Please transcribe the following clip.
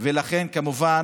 ולכן, כמובן,